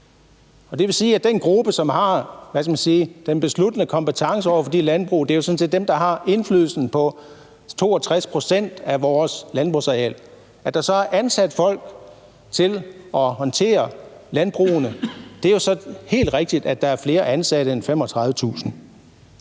det vil sige, at den gruppe, som har den besluttende kompetence i forbindelse med de landbrug, jo sådan er set er dem, der har indflydelsen på 62 pct. af vores landbrugsareal. Der er så ansat folk til at håndtere landbrugene, og det er helt rigtigt, at der er flere ansatte end 35.000.